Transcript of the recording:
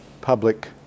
public